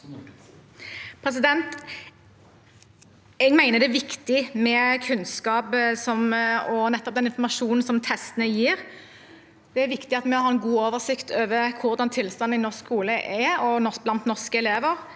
Jeg mener det er viktig med den kunnskapen og informasjonen som testene gir. Det er viktig at vi har en god oversikt over hvordan tilstanden i norsk skole og blant norske elever